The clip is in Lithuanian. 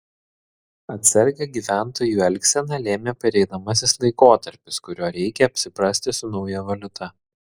atsargią gyventojų elgseną lėmė pereinamasis laikotarpis kurio reikia apsiprasti su nauja valiuta